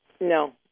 No